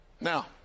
now